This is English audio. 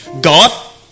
God